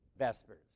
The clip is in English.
Vespers